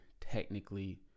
technically